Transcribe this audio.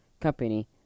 Company